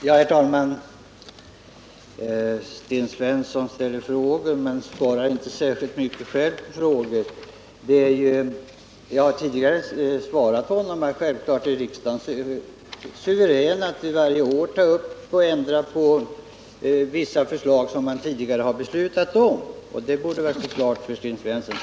Herr talman! Sten Svensson ställer frågor men svarar själv inte särskilt mycket på frågor. Jag har tidigare svarat Sten Svensson att riksdagen självfallet är suverän att varje år ta upp och ändra på vissa förslag som man tidigare har beslutat om. Det borde väl stå klart för Sten Svensson.